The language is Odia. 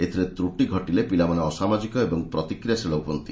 ଏଥିରେ ତ୍ରଟି ଘଟିଲେ ପିଲାମାନେ ଅସାମାଜିକ ଏବଂ ପ୍ରତିକ୍ରିୟାଶୀଳ ହୁଅନ୍ତି